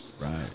Right